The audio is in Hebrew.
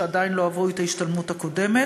אלה שעדיין לא עברו את ההשתלמות הקודמת.